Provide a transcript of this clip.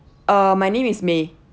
uh my name is may